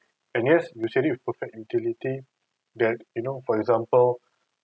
and yes usually with perfect utility that you know for example